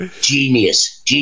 Genius